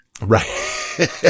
right